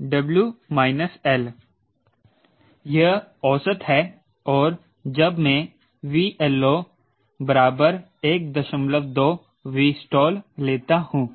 T D r यह औसत है और जब मैं 𝑉LO 12𝑉stall लेता हूं